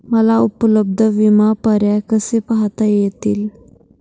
मला उपलब्ध विमा पर्याय कसे पाहता येतील?